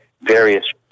various